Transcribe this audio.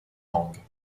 langues